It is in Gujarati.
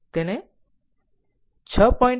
6 છે તે હું 6